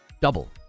double